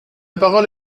parole